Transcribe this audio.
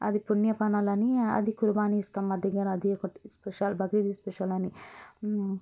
అది పుణ్యఫలం అని అది కుర్బానీ ఇస్తాం మా దగ్గర అది స్పెషల్ బక్రీద్ స్పెషల్ అని